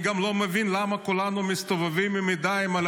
אני גם לא מבין למה כולנו מסתובבים עם ידיים על